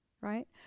right